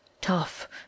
Tough